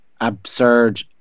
absurd